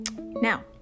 Now